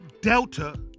Delta